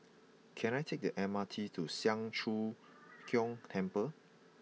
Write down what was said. can I take the M R T to Siang Cho Keong Temple